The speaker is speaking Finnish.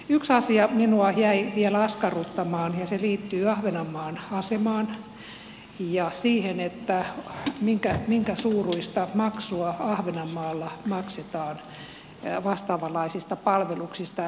yksi asia minua jäi vielä askarruttamaan ja se liittyy ahvenanmaan asemaan ja siihen minkä suuruista maksua ahvenanmaalla maksetaan vastaavanlaisista palveluksista